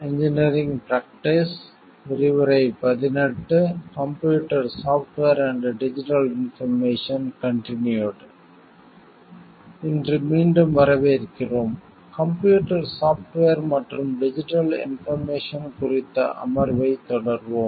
இன்று மீண்டும் வரவேற்கிறோம் கம்ப்யூட்டர் சாஃப்ட்வேர் மற்றும் டிஜிட்டல் இன்போர்மேசன் குறித்த அமர்வைத் தொடர்வோம்